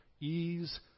ease